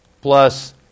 plus